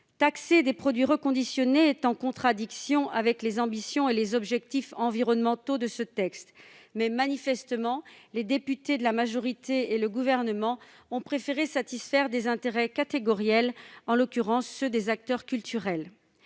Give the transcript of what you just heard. Taxer des produits reconditionnés entre en contradiction avec les ambitions et les objectifs environnementaux de ce texte, mais, manifestement, les députés de la majorité et le Gouvernement ont préféré satisfaire des intérêts catégoriels, en l'occurrence ceux des acteurs culturels.